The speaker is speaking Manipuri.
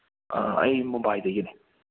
ꯑꯥ ꯑꯩ ꯃꯨꯝꯕꯥꯏꯗꯒꯤꯅꯦ